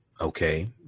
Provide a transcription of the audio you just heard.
okay